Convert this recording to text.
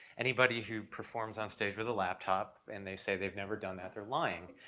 anybody who performs onstage with a laptop and they say they've never done that, they're lying!